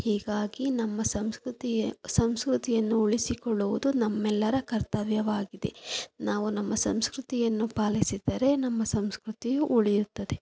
ಹೀಗಾಗಿ ನಮ್ಮ ಸಂಸ್ಕೃತಿಯ ಸಂಸ್ಕೃತಿಯನ್ನು ಉಳಿಸಿಕೊಳ್ಳುವುದು ನಮ್ಮೆಲ್ಲರ ಕರ್ತವ್ಯವಾಗಿದೆ ನಾವು ನಮ್ಮ ಸಂಸ್ಕೃತಿಯನ್ನು ಪಾಲಿಸಿದರೆ ನಮ್ಮ ಸಂಸ್ಕೃತಿಯು ಉಳಿಯುತ್ತದೆ